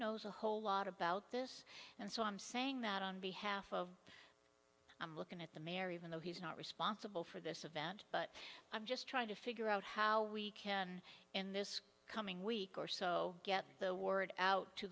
knows a whole lot about this and so i'm saying that on behalf of looking at the marriott in the he's not responsible for this event but i'm just trying to figure out how we can in this coming week or so get the word out to